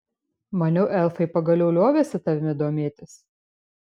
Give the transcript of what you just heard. maniau elfai pagaliau liovėsi tavimi domėtis